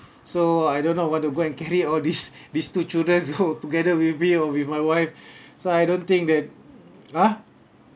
so I do not want to go and carry all these these two childrens together with me or with my wife so I don't think that ah